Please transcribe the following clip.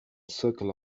circle